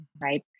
right